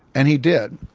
and he did.